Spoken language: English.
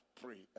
pray